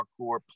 hardcore